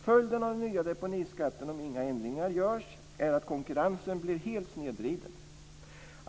Följden av den nya deponiskatten om inga ändringar görs är att konkurrensen blir helt snedvriden.